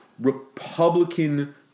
Republican